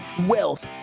wealth